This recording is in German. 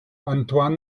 antoine